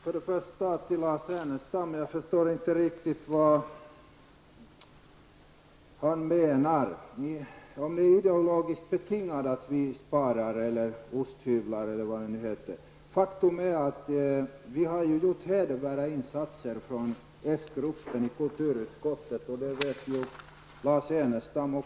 Herr talman! Jag förstår inte vad Lars Ernestam menar med att vi av ideologiska skäl skulle spara med osthyvlar. Faktum är ju att s-gruppen i kulturutskottet har gjort hedervärda insatser, och det vet Lars Ernestam.